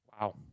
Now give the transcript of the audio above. Wow